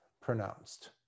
pronounced